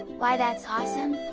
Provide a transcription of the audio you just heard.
why that's awesome?